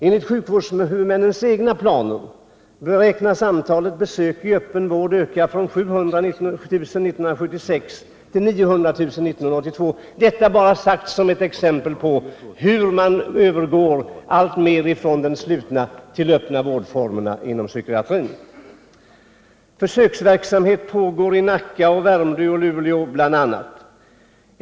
Enligt sjukvårdshuvudmännens egna planer beräknas antalet besök i öppen vård öka från 700 000 år 1976 till 900 000 år 1982. Detta vill jag bara ha sagt som ett exempel på hur man alltmer övergår från de slutna till de öppna vårdformerna inom psykiatrin. Försöksverksamheten pågår bl.a. i Nacka, Värmdö och Luleå.